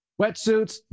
Wetsuits